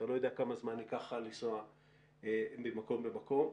אתה לא יודע כמה זמן ייקח לך לנסוע ממקום למקום.